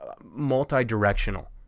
multi-directional